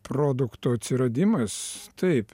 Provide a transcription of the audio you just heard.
produkto atsiradimas taip